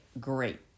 great